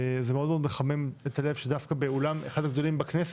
זה מאוד מאוד מחמם את הלב שדווקא באולם שהוא אחד הגדולים במשכן